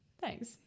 Thanks